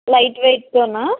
light వెయిట్తోనా